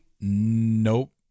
Nope